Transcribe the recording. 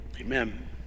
Amen